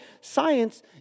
science